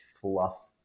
fluff